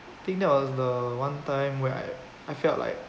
think that was the one time where I I felt like